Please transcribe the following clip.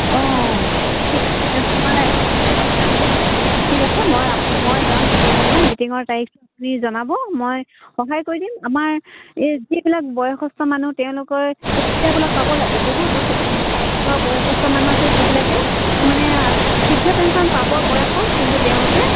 অঁ ঠিক আছে মই আপোনাক ঠিক আছে মই মই যাম মিটিঙৰ দিনা মিটিঙৰ তাৰিখটো আপুনি জনাব মই সহায় কৰি দিম আমাৰ এই যিবিলাক বয়সস্থ মানুহ তেওঁলোকৰ এই সুবিধাবিলাক পাব লাগে বহুত তেনেকুৱা বয়সস্থ মানুহ আছে যিবিলাকে মানে বৃদ্ধ পেঞ্চন পাবৰ বয়স হ'ল কিন্তু তেওঁলোকে